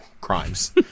crimes